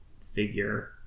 figure